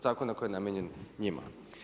Zakona koji je namijenjen njima.